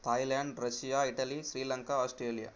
Thailand Russia Italy Sri Lanka Australia